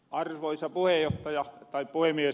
arvoisa puhemies